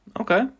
Okay